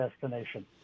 destination